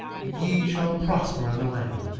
ye shall prosper in the land,